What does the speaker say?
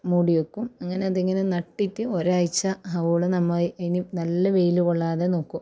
മൂടി വയ്ക്കും അങ്ങനെ ഇതിങ്ങനെ നട്ടിട്ട് ഒരാഴ്ച ആവുവോളം നമ്മൾ ഇനി നല്ല വെയിൽ കൊള്ളാതെ നോക്കും